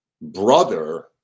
brother